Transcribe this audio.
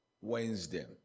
Wednesday